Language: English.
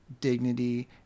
dignity